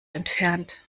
entfernt